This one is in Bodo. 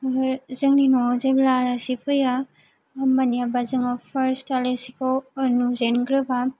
जोंनि न'वाव जेब्ला आलासि फैयो होम्बानियाबा जोङो फार्स्ट आलासिखौ नुजेनग्रोबा